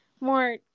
more